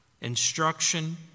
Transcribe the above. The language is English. instruction